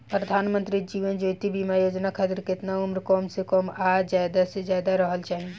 प्रधानमंत्री जीवन ज्योती बीमा योजना खातिर केतना उम्र कम से कम आ ज्यादा से ज्यादा रहल चाहि?